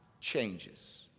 changes